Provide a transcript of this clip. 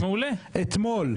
אתמול.